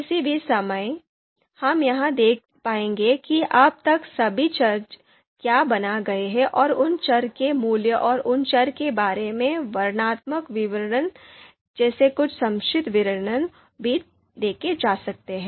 किसी भी समय हम यह देख पाएंगे कि अब तक सभी चर क्या बनाए गए हैं और उन चर के मूल्य और उन चर के बारे में वर्णनात्मक विवरण जैसे कुछ संक्षिप्त विवरण भी देखे जा सकते हैं